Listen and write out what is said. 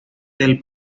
del